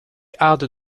hardes